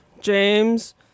James